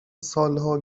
سالها